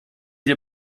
dir